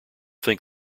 think